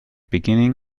beginning